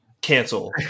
cancel